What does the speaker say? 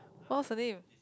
what's her name